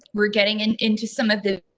we're getting and into some of the.